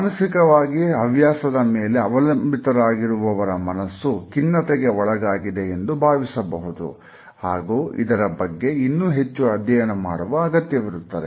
ಮಾನಸಿಕವಾಗಿ ಹವ್ಯಾಸದ ಮೇಲೆ ಅವಲಂಬಿತವಾಗಿರುವ ವರ ಮನಸ್ಸು ಖಿನ್ನತೆಗೆ ಒಳಗಾಗಿದೆ ಎಂದು ಭಾವಿಸಬಹುದು ಹಾಗೂ ಇದರ ಬಗ್ಗೆ ಇನ್ನೂ ಹೆಚ್ಚು ಅಧ್ಯಯನ ಮಾಡುವ ಅಗತ್ಯವಿರುತ್ತದೆ